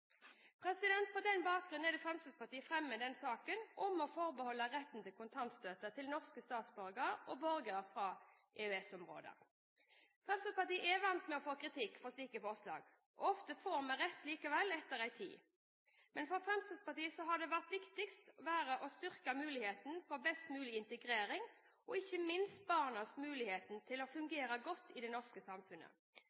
minoritetsmiljøer. På denne bakgrunn er det Fremskrittspartiet fremmer denne saken om å forbeholde retten til kontantstøtte til norske statsborgere og borgere fra EØS-området. Fremskrittspartiet er vant med å få kritikk for slike forslag, men ofte får vi rett likevel etter en tid. For Fremskrittspartiet har det viktigste vært å styrke muligheten for best mulig integrering, og ikke minst styrke barnas muligheter til å